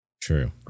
True